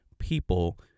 people